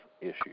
issue